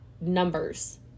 numbers